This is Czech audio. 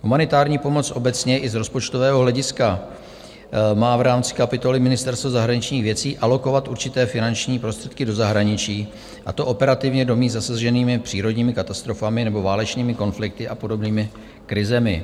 Humanitární pomoc obecně i z rozpočtového hlediska má v rámci kapitoly Ministerstvo zahraničních věcí alokovat určité finanční prostředky do zahraničí, a to operativně do míst zasaženými přírodními katastrofami nebo válečnými konflikty a podobnými krizemi.